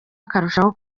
akarushaho